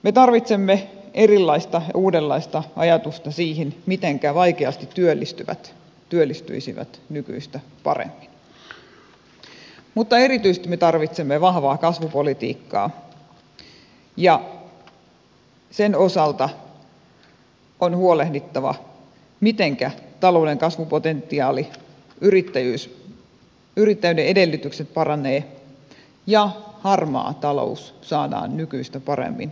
me tarvitsemme erilaista ja uudenlaista ajatusta siihen mitenkä vaikeasti työllistyvät työllistyisivät nykyistä paremmin mutta erityisesti me tarvitsemme vahvaa kasvupolitiikkaa ja sen osalta on huolehdittava mitenkä talouden kasvupotentiaali yrittäjyys yrittäjyyden edellytykset paranevat ja harmaa talous saadaan nykyistä paremmin kuriin